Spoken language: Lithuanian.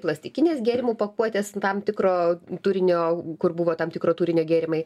plastikinės gėrimų pakuotės tam tikro turinio kur buvo tam tikro turinio gėrimai